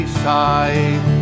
side